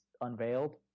unveiled